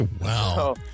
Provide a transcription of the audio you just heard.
Wow